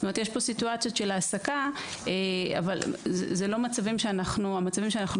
זאת אומרת יש פה סיטואציות של העסקה אבל זה המצבים שאנחנו